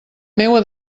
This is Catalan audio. meua